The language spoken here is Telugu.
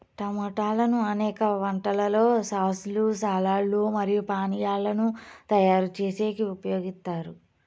టమోటాలను అనేక వంటలలో సాస్ లు, సాలడ్ లు మరియు పానీయాలను తయారు చేసేకి ఉపయోగిత్తారు